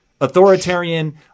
authoritarian